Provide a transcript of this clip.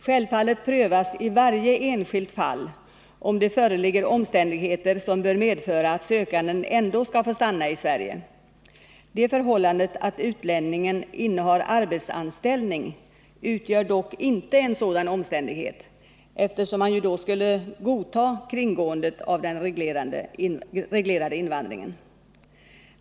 Självfallet prövas i varje enskilt fall om det föreligger omständigheter som bör medföra att sökanden ändå skall få stanna i Sverige. Det förhållandet att utlänningen innehar arbetsanställning utgör dock inte en sådan omständighet, eftersom man ju då skulle godta kringgåendet av den reglerade invandringen.